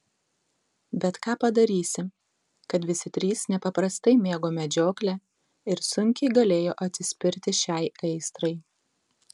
bet ką padarysi kad visi trys nepaprastai mėgo medžioklę ir sunkiai galėjo atsispirti šiai aistrai